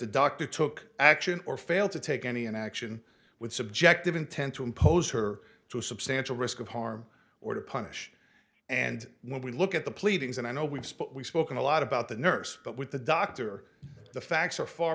the doctor took action or failed to take any action with subjective intent to impose her to a substantial risk of harm or to punish and when we look at the pleadings and i know we've spoke we've spoken a lot about the nurse but with the doctor the facts are far